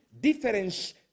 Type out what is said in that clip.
difference